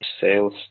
sales